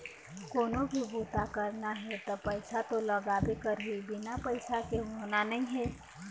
कोनो भी बूता करना हे त पइसा तो लागबे करही, बिना पइसा के होना नइ हे